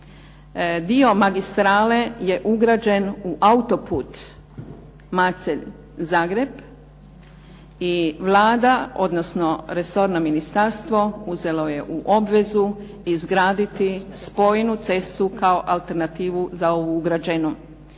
dio magistrale je ugrađen u autoput Macelj – Zagreb i Vlada, odnosno resorno ministarstvo uzelo je u obvezu izgraditi spojnu cestu kao alternativu za ovu ugrađenu.